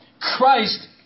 Christ